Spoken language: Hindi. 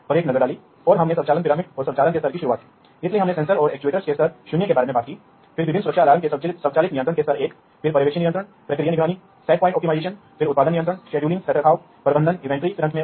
इसलिए सबसे पहले हमें यह जानने की जरूरत है कि फील्डबस क्या है वास्तव में एक फील्डबस वास्तव में एक डिजिटल संचार नेटवर्क है जो कि प्लांट वाइड नियंत्रण और स्वचालन गतिविधियों के लिए स्मार्ट फील्डबस उपकरणों और नियंत्रण प्रणालियों को आपस में जोड़ने के लिए बनाया गया है